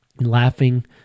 laughing